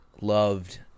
loved